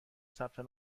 ثبت